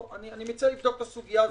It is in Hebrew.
--- אני מציע לבדוק את הסוגיה הזאת.